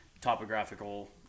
topographical